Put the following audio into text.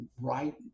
right